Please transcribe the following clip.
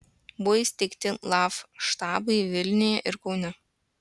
buvo įsteigti laf štabai vilniuje ir kaune